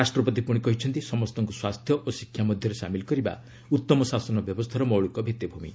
ରାଷ୍ଟ୍ରପତି ପୁଣି କହିଛନ୍ତି ସମସ୍ତଙ୍କୁ ସ୍ୱାସ୍ଥ୍ୟ ଓ ଶିକ୍ଷା ମଧ୍ୟରେ ସାମିଲ୍ କରିବା ଉତ୍ତମ ଶାସନ ବ୍ୟବସ୍ଥାର ମୌଳିକ ଭିଭି଼ମି